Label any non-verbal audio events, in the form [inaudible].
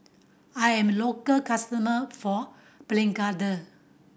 I'm a local customer for [unintelligible]